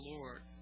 Lord